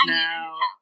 now